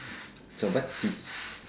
so what feast